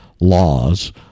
laws